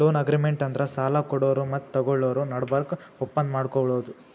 loan agreement ಅಂದ್ರ ಸಾಲ ಕೊಡೋರು ಮತ್ತ್ ತಗೋಳೋರ್ ನಡಬರ್ಕ್ ಒಪ್ಪಂದ್ ಮಾಡ್ಕೊಳದು